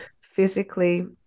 physically